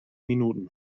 minuten